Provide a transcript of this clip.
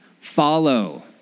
Follow